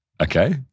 okay